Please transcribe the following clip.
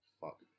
fuck